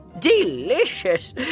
delicious